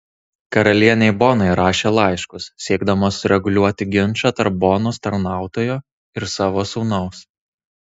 karalienei bonai rašė laiškus siekdama sureguliuoti ginčą tarp bonos tarnautojo ir savo sūnaus